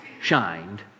shined